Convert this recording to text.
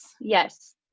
Yes